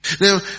Now